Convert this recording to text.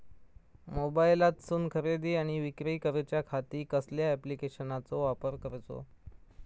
मोबाईलातसून खरेदी आणि विक्री करूच्या खाती कसल्या ॲप्लिकेशनाचो वापर करूचो?